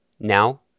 Now